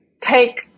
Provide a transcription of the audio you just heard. take